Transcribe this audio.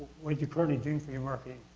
what are you currently doing for your marketing?